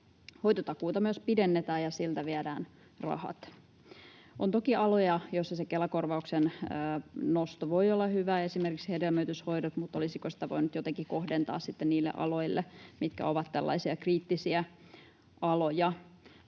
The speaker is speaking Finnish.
Hoitotakuuta myös pidennetään ja siltä viedään rahat. On toki aloja, joilla se Kela-korvauksen nosto voi olla hyvä, esimerkiksi hedelmöityshoidot, mutta olisiko sitä voinut jotenkin kohdentaa sitten niille aloille, mitkä ovat tällaisia kriittisiä aloja?